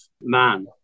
man